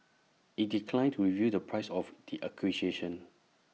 IT declined to reveal the price of the acquisition